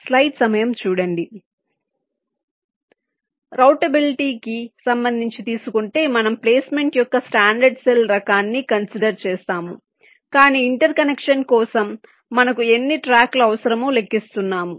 రౌటబిలిటీకిరౌటబిలిటీ కి సంబంధించి తీసుకుంటే మనము ప్లేస్మెంట్ యొక్క స్టాండర్డ్ సెల్ రకాన్ని కన్సిడర్ చేస్తాము కాని ఇంటర్కనెక్షన్ కోసం మనకు ఎన్ని ట్రాక్లు అవసరమో లెక్కిస్తున్నాము